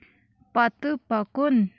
پَتہٕ پَکُن